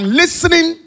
listening